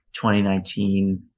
2019